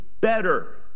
better